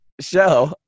show